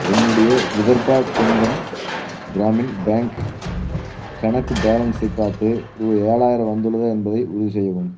என்னுடைய விதர்பா கொன்கன் கிராமின் பேங்க் கணக்கு பேலன்ஸை பார்த்து ரூபா ஏழாயிரம் வந்துள்ளதா என்பதை உறுதிசெய்யவும்